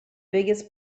biggest